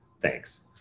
Thanks